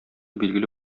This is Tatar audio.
билгеле